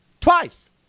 twice